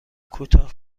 کوتاه